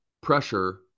pressure